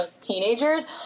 teenagers